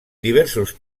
diversos